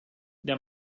der